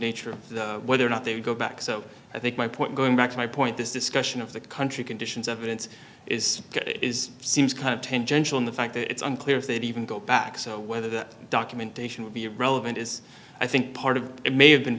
nature of whether or not they would go back so i think my point going back to my point this discussion of the country conditions evidence is is seems kind of tangential in the fact that it's unclear if they'd even go back so whether that documentation would be relevant is i think part of it may have been